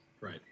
Right